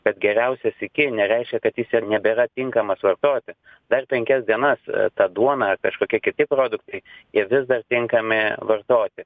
bet geriausias iki nereiškia kad jis nebėra tinkamas vartoti dar penkias dienas ta duona ar kažkokie kiti produktai jie vis dar tinkami vartoti